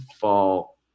fall